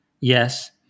yes